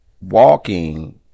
walking